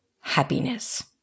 happiness